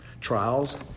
Trials